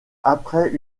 après